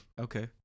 Okay